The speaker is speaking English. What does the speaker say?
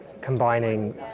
combining